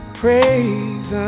praise